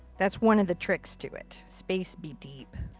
that's one of the tricks to it. space be deep.